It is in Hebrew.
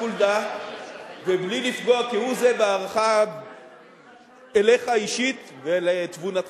לאחר שיקול דעת ובלי לפגוע כהוא זה בהערכה אליך אישית ולתבונתך,